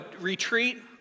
retreat